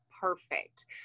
perfect